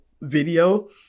video